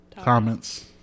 comments